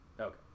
okay